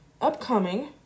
upcoming